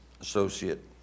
associate